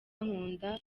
nkunda